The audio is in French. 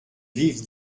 vive